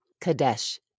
Kadesh